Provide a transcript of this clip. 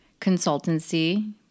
consultancy